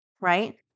right